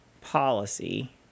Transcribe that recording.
policy